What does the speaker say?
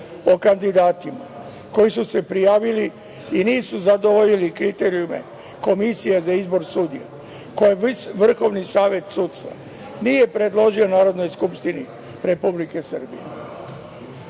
o kandidatima koji su se prijavili i nisu zadovoljili kriterijume Komisije za izbor sudija, koje VSS nije predložio Narodnoj skupštini Republike Srbije.